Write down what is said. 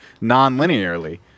non-linearly